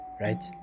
right